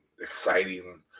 Exciting